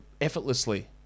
effortlessly